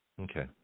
Okay